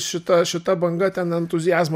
šita šita banga ten entuziazmo